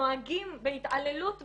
נוהגים בהתעללות ואלימות,